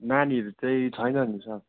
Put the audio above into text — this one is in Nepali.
नानीहरू चाहिँ छैन नि सर